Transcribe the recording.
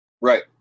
Right